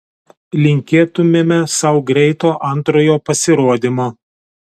linkėtumėme sau greito antrojo pasirodymo